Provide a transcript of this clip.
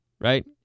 right